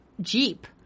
Jeep